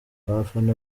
abafana